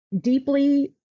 deeply